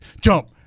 jump